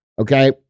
Okay